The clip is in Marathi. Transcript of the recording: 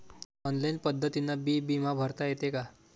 ऑनलाईन पद्धतीनं बी बिमा भरता येते का?